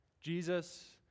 Jesus